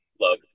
love